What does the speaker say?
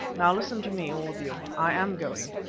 now listen to me, all of you. i am going.